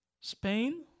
Spain